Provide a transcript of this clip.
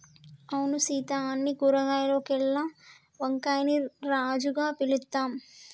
అవును సీత అన్ని కూరగాయాల్లోకెల్లా వంకాయని రాజుగా పిలుత్తాం